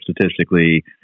statistically